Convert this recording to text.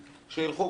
שילכו,